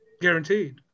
Guaranteed